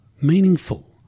meaningful